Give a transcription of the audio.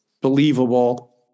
believable